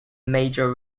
major